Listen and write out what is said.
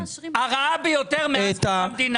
הרעה ביותר מאז קום המדינה.